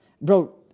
Bro